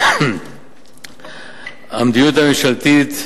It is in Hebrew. המדיניות הממשלתית,